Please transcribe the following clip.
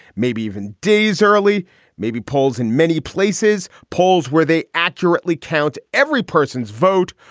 maybe even days early maybe polls in many places. polls where they accurately count every person's vote.